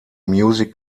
music